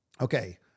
okay